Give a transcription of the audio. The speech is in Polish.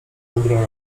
dobrą